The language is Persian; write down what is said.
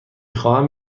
خواهم